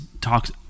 talks